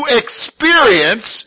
experience